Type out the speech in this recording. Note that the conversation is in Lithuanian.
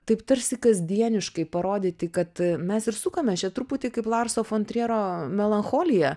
taip tarsi kasdieniškai parodyti kad mes ir sukamės čia truputį kaip larso fon triero melancholija